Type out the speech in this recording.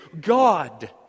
God